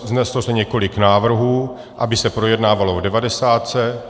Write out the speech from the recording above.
Vzneslo se několik návrhů, aby se projednávalo v devadesátce.